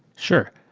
sure.